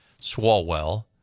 Swalwell